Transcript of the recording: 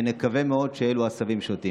נקווה מאוד שאלו עשבים שוטים.